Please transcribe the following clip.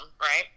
right